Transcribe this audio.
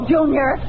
Junior